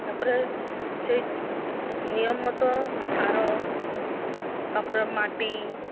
ତା'ପରେ ସେଇ ନିୟମିତ ସାର ତା'ପରେ ମାଟି